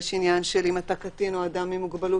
ויש עניין של אם אתה קטין או אדם עם מוגבלות,